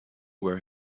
where